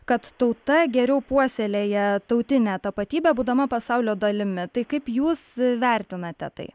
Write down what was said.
kad tauta geriau puoselėja tautinę tapatybę būdama pasaulio dalimi tai kaip jūs vertinate tai